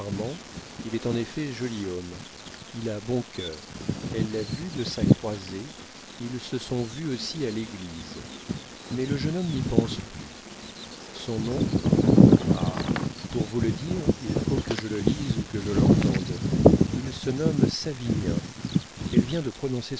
il est en effet joli homme il a bon cœur elle l'a vu de sa croisée ils se sont vus aussi à l'église mais le jeune homme n'y pense plus son nom ah pour vous le dire il faut que je le lise ou que je l'entende il se nomme savinien elle vient de prononcer